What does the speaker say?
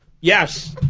Yes